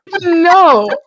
No